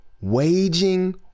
waging